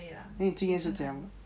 那你经验是怎样